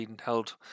held